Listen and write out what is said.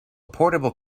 portable